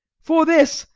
for this,